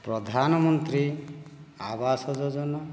ପ୍ରଧାନମନ୍ତ୍ରୀ ଆବାସ ଯୋଜନା